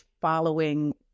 following